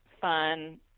fun